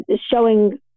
showing